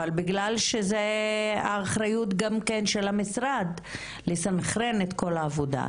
אבל בגלל שהאחריות היא גם כן של המשרד לסנכרן את כל העבודה,